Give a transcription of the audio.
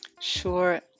Sure